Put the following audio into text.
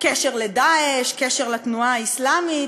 קשר ל"דאעש", קשר לתנועה האסלאמית.